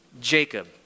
Jacob